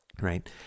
right